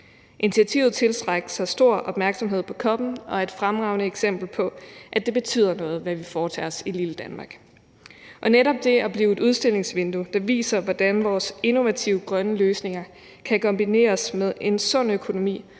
Initiativet tiltrak sig stor opmærksomhed på COP26 og er et fremragende eksempel på, at det betyder noget, hvad vi foretager os i lille Danmark. Lige netop det at blive et udstillingsvindue, der viser, hvordan vores innovative grønne løsninger kan kombineres med en sund økonomi,